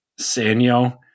Sanyo